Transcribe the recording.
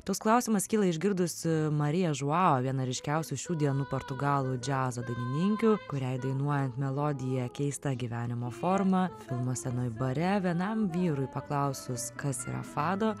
toks klausimas kyla išgirdus mariją žuavo viena ryškiausių šių dienų portugalų džiazo dainininkių kuriai dainuojant melodiją keista gyvenimo forma filmo scenoj bare vienam vyrui paklausus kas yra fado